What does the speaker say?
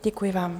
Děkuji vám.